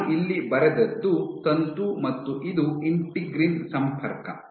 ನಾನು ಇಲ್ಲಿ ಬರೆದದ್ದು ತಂತು ಮತ್ತು ಇದು ಇಂಟಿಗ್ರಿನ್ ಸಂಪರ್ಕ